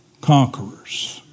conquerors